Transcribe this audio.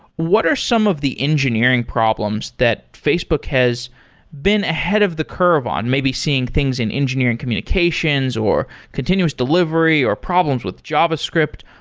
what are some of the engineering problems that facebook has been ahead of the curve on maybe seeing things in engineering communications, or continuous delivery, or problems with javascript?